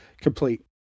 complete